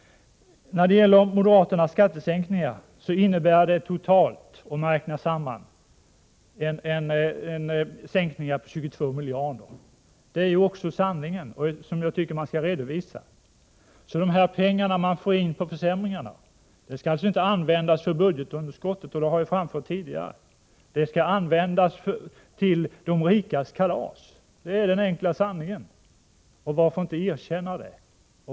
Moderaternas förslag om skattesänkningar innebär totalt sänkningar med 22 miljarder kronor. Det är sanningen, som jag tycker att man skall redovisa. De pengar som moderaterna sparar in genom försämringarna skall inte användas för att minska budgetunderskottet — det har framgått tidigare — utan de skall användas till de rikas kalas. Det är den enkla sanningen. Varför inte erkänna det?